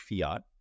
fiat